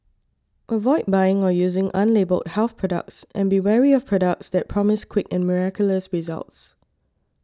avoid buying or using unlabelled health products and be wary of products that promise quick and miraculous results